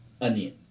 onion